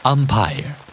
Umpire